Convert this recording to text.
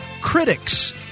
critics